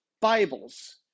Bibles